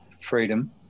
Freedom